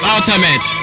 Ultimate